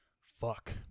Fuck